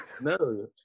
No